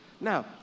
Now